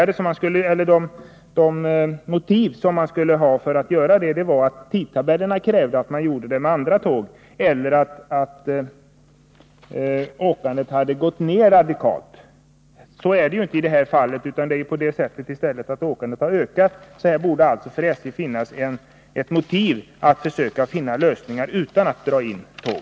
De enda motiven för sådana förändringar skulle vara att tidtabellerna för andra tåg krävde det eller att åkandet hade gått ned radikalt. Så är det ju inte i detta fall, utan i stället har åkandet ökat. Här borde det alltså finnas ett motiv för SJ att försöka finna lösningar utan att dra in tåg.